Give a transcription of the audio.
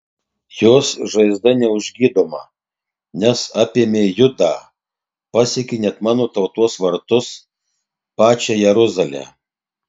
jos žaizda neužgydoma nes apėmė judą pasiekė net mano tautos vartus pačią jeruzalę